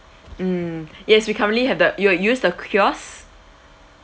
mm yes we currently have the you were use the kiosk